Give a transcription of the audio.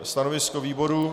Stanovisko výboru?